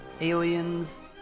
Aliens